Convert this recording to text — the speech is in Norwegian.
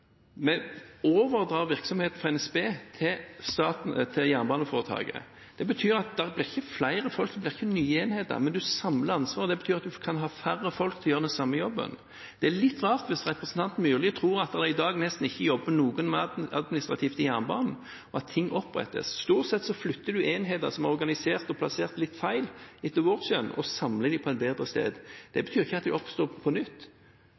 Vi overdrar virksomheten fra NSB til Jernbaneforetaket. Det betyr ikke at de blir flere folk, det blir ikke nye enheter, men en samler ansvar. Det betyr at en kan ha færre folk til å gjøre den samme jobben. Det er litt rart hvis representanten Myrli tror at det i dag nesten ikke jobber noen administrativt i jernbanen, og at ting opprettes. Stort sett flytter vi enheter som etter vårt skjønn er organisert og plassert litt feil, og samler dem på et bedre sted. Det betyr ikke at de oppstår på nytt,